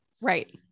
Right